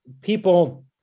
people